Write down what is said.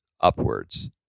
upwards